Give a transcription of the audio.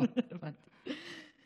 הבנתי אותך.